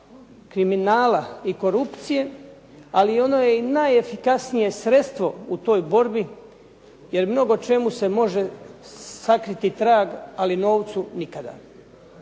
kriminala i korupcije ali ono je i najefikasnije sredstvo u toj borbi, jer mnogočemu se može sakriti trag ali novcu nikada.